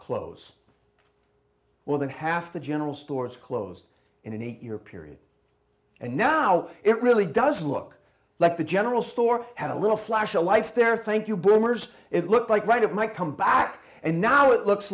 close well than half the general stores closed in an eight year period and now it really does look like the general store had a little flash a life there thank you boomers it looked like right it might come back and now it looks